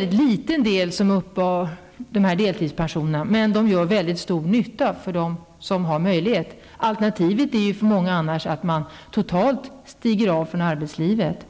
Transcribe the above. Endast en liten grupp av befolkningen uppbär deltidspensioner, men för dem som har möjlighet att få sådana gör de stor nytta. Alternativet är för många att totalt stiga av från arbetslivet.